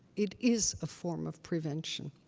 it is a form of prevention.